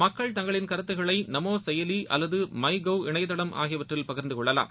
மக்கள் தங்களின் கருத்துக்களை நமோ செயலி அல்லது மைகவ் இணையதளம் ஆகியவற்றில் பகிர்ந்து கொள்ளலாம்